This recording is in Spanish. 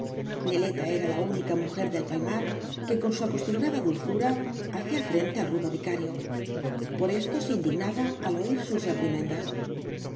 neleta era la única mujer del palmar que con su acostumbrada dulzura hacía frente al rudo vicario por ebto se indignaba al oir sus reprimendas